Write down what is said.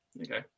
Okay